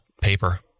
paper